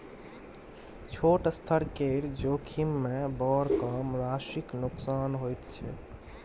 छोट स्तर केर जोखिममे बड़ कम राशिक नोकसान होइत छै